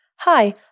Hi